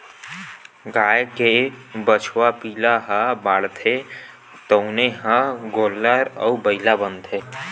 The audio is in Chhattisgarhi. गाय के बछवा पिला ह बाढ़थे तउने ह गोल्लर अउ बइला बनथे